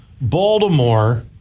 Baltimore